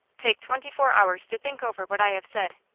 take twenty-four hours to think over what i have said.